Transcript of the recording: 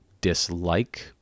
dislike